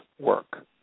work